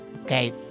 Okay